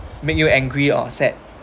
make you angry or sad